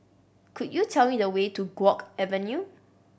could you tell me the way to Guok Avenue